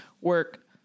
work